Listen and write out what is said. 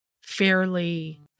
fairly